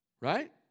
right